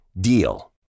DEAL